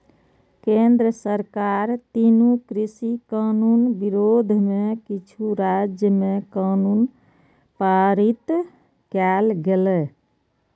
केंद्र सरकारक तीनू कृषि कानून विरोध मे किछु राज्य मे कानून पारित कैल गेलै